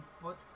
foot